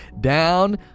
down